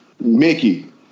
Mickey